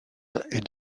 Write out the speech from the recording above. est